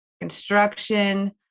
construction